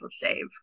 save